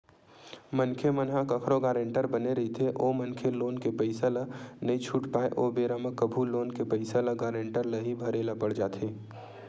मनखे मन ह कखरो गारेंटर बने रहिथे ओ मनखे लोन के पइसा ल नइ छूट पाय ओ बेरा म कभू लोन के पइसा ल गारेंटर ल ही भरे ल पड़ जाथे